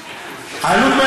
העלות,